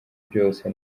byose